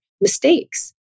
mistakes